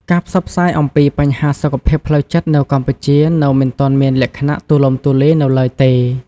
ការផ្សព្វផ្សាយអំពីបញ្ហាសុខភាពផ្លូវចិត្តនៅកម្ពុជានៅមិនទាន់មានលក្ខណៈទូលំទូលាយនៅឡើយទេ។